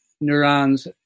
neurons